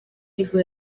nibwo